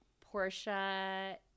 Portia